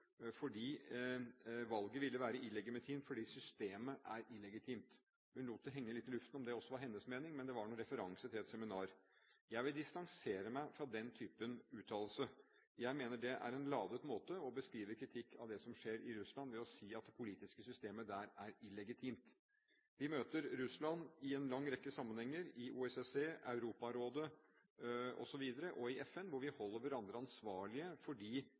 fordi valget ville være illegitimt fordi systemet er illegitimt. Og hun lot det henge litt i luften om det også var hennes mening, men det var med referanse til et seminar. Jeg vil distansere meg fra den typen uttalelse. Jeg mener det er en ladet måte å beskrive kritikk av det som skjer i Russland på, å si at det politiske systemet der er illegitimt. Vi møter Russland i en lang rekke sammenhenger, i OECC, i Europarådet og i FN, hvor vi holder hverandre ansvarlige for de